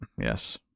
Yes